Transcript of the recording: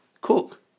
cook